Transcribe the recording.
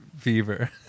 fever